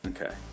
Okay